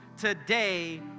today